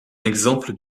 exemple